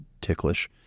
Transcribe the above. ticklish